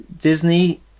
disney